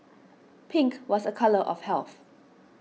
pink was a colour of health